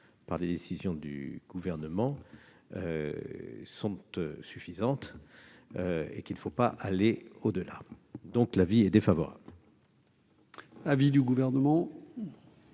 par des décisions du Gouvernement sont suffisantes et qu'il ne faut pas aller au-delà. L'avis de